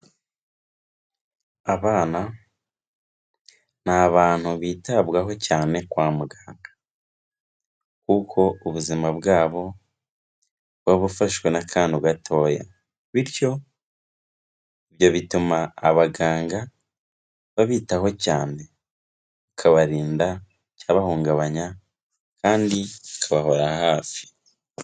Abana ni abantu bitabwaho cyane kwa muganga, kuko ubuzima bwabo buba bufashwe n'akantu gatoya, bityo ibyo bituma abaganga babitaho cyane, bakabarinda icyabahungabanya kandi bakabahora hafi.